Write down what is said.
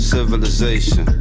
Civilization